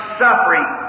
suffering